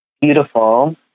beautiful